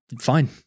Fine